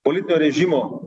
politinio režimo